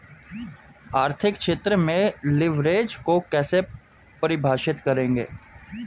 आर्थिक क्षेत्र में लिवरेज को कैसे परिभाषित करेंगे?